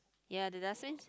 ya did I